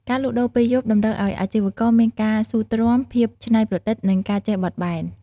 ការលក់ដូរពេលយប់តម្រូវឱ្យអាជីវករមានការស៊ូទ្រាំ ភាពច្នៃប្រឌិត និងការចេះបត់បែន។